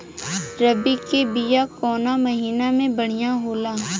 रबी के बिया कवना महीना मे बढ़ियां होला?